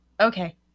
Okay